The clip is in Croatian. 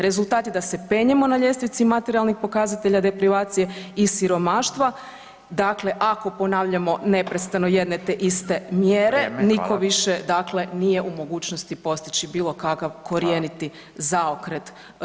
Rezultat je da se penjemo na ljestvici materijalnih pokazatelja deprivacije i siromaštva, dakle ako ponavljamo neprestano jedne te iste mjere [[Upadica Radin: Vrijeme, hvala.]] nitko više dakle nije u mogućnosti postići bilokakav korjeniti zaokret.